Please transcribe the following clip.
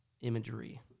imagery